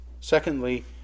Secondly